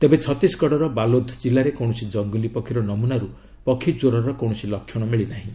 ତେବେ ଛତିଶଗଡର ବାଲୋଦ ଜିଲ୍ଲାରେ କୌଣସି ଜଙ୍ଗଲୀ ପକ୍ଷୀର ନମ୍ଭନାରୁ ପକ୍ଷୀଜ୍ୱରର କୌଣସି ଲକ୍ଷଣ ମିଳିନାହିଁ